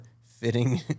fitting